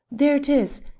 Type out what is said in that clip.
there it is!